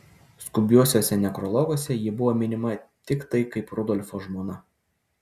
skubiuosiuose nekrologuose ji buvo minima tiktai kaip rudolfo žmona